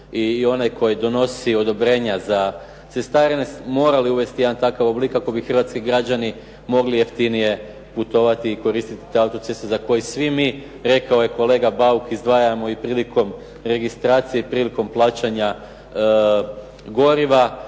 i onaj koji donosi odobrenja za cestarine, morali uvesti jedan takav oblik kako bi hrvatski građani mogli jeftinije putovati i koristiti te autoceste za koje svi mi, rekao je kolega Bauk, izdvajamo i prilikom registracije i prilikom plaćanja goriva.